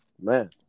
Man